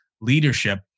leadership